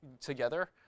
together